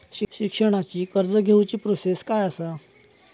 शिक्षणाची कर्ज घेऊची प्रोसेस काय असा?